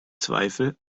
zweifel